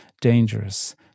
dangerous